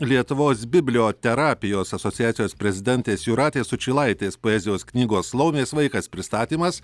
lietuvos biblioterapijos asociacijos prezidentės jūratės sučylaitės poezijos knygos laumės vaikas pristatymas